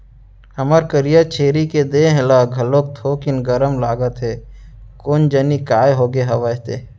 हमर करिया छेरी के देहे ह घलोक थोकिन गरम लागत हे कोन जनी काय होगे हवय ते?